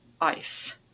ice